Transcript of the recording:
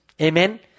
Amen